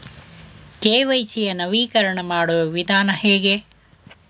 KYC ಯ ನವೀಕರಣ ಮಾಡುವ ವಿಧಾನ ಹೇಗೆ?